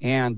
and